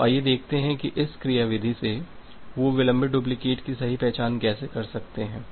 तो आइए देखते हैं कि इस क्रियाविधि से वे विलंबित डुप्लीकेट की सही पहचान कैसे कर सकते हैं